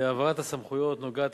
העברת הסמכויות נוגעת,